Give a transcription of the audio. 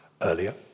Earlier